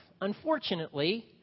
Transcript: Unfortunately